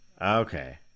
okay